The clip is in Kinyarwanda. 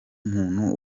umuntu